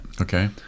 Okay